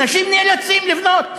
אנשים נאלצים לבנות,